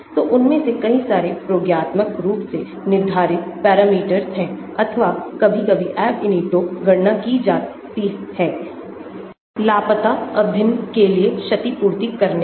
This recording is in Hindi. तो उनमें से कई सारे प्रयोगात्मक रूप से निर्धारित पैरामीटर्स है अथवा कभी कभी Ab initio गणना की जाती है लापता अभिन्न के लिए क्षतिपूर्ति करने में